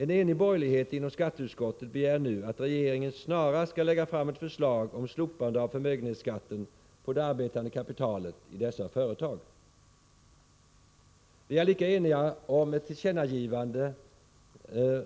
En enig borgerlighet inom skatteutskottet begär nu att regeringen snarast skall lägga fram ett förslag om slopande av förmögenhetsskatten på det arbetande kapitalet i dessa företag. Vi är lika eniga om ett tillkännagivande